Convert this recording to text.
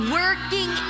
working